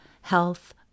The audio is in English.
Health